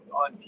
on